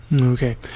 okay